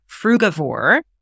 frugivore